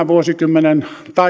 vuosikymmenen